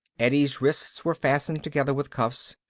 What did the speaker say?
eddie's wrists were fastened together with cuffs.